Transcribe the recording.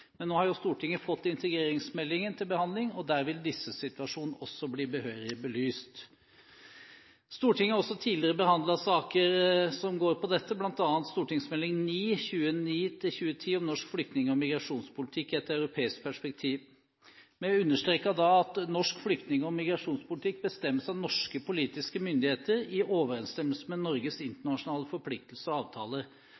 Men nå har jo Stortinget fått integreringsmeldingen til behandling, og der vil disses situasjon også bli behørig belyst. Stortingets har også tidligere behandlet saker som går på dette, bl.a. Meld. St. nr. 9 for 2009–2010 om norsk flyktning- og migrasjonspolitikk i et europeisk perspektiv. Vi understreket da at norsk flyktning- og migrasjonspolitikk bestemmes av norske politiske myndigheter i overensstemmelse med Norges